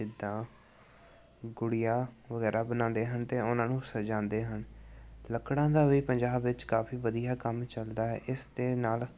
ਜਿੱਦਾਂ ਗੁੜੀਆ ਵਗੈਰਾ ਬਣਾਉਂਦੇ ਹਨ ਅਤੇ ਉਹਨਾਂ ਨੂੰ ਸਜਾਉਂਦੇ ਹਨ ਲੱਕੜਾਂ ਦਾ ਵੀ ਪੰਜਾਬ ਵਿੱਚ ਕਾਫੀ ਵਧੀਆ ਕੰਮ ਚੱਲਦਾ ਹੈ ਇਸ ਦੇ ਨਾਲ